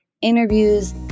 interviews